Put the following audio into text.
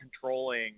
controlling